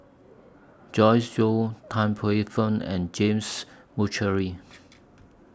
Joyce Jue Tan Paey Fern and James Puthucheary